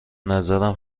نظرم